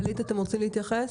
גלית, אתם רוצים להתייחס?